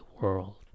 world